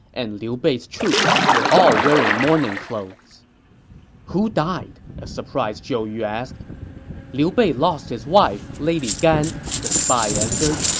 and liu bei's troops were all wearing mourning clothes who died? a surprised zhou yu asked liu bei lost his wife, lady gan, the spy answered.